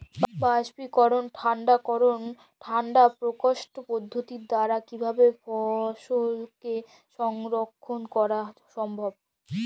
বাষ্পীকরন ঠান্ডা করণ ঠান্ডা প্রকোষ্ঠ পদ্ধতির দ্বারা কিভাবে ফসলকে সংরক্ষণ করা সম্ভব?